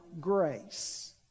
grace